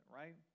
right